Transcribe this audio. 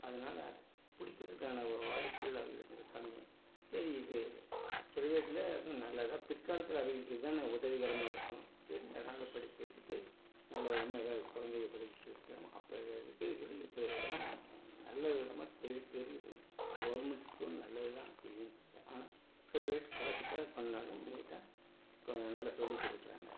அதனால அது பிடிக்கிறதுக்கான ஒரு வாய்ப்புகள் அவங்களுக்கு கம்மி சரி இது பிரைவேட்டில் அதுவும் நல்லது தான் பிற்காலத்தில் அவிகளுக்கு இதான உதவிகரமாக இருக்கும் சரி அதனால் படிக்க வெச்சுட்டு நல்லவிதமாக ஏதாது கொழந்தைக படிச்சுட்ருக்காங்க அப்போ இருக்கிறதுக்கும் இப்போ இதுதான் நல்லவிதமாக தெரி தெரியுது கவுர்மெண்ட் ஸ்கூல் நல்லது தான் இல்லைன்னு சொல்லலை ஆனால் பிரைவேட் காசுக்காக பண்ணிணாலும் நீட்டாக கா நல்லா சொல்லி கொடுக்குறாங்க